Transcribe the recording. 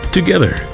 Together